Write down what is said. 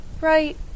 right